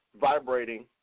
vibrating